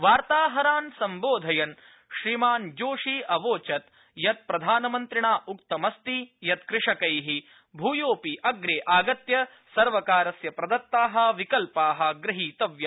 वार्ताहरान सम्बोधयन श्रीमान जोशी अवोचत यत प्रधानमन्त्रिणा उक्तम अस्ति यत् कृषकै अप्रे आगत्य सर्वकारस्य प्रदत्ता विकल्पा ग्रहीतव्या